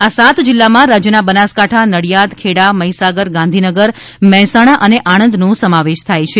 આ સાત જીલ્લામાં રાજ્યના બનાસકાંઠા નડિયાદ ખેડા મહિસાગર ગાંધીનગર મહેસાણા અને આણંદનો સમાવેશ થાય છે